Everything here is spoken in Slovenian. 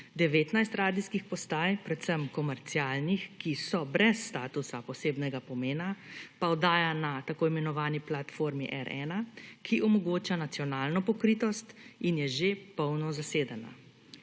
19 radijskih postaj, predvsem komercialnih, ki so brez statusa posebnega pomena, pa oddaja na tako imenovani platformi R1, ki omogoča nacionalno pokritost in je že polno zasedena.